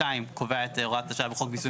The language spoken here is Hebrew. --- קובע את הוראת השעה בחוק מיסוי